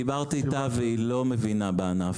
דיברתי איתה והיא לא מבינה בענף.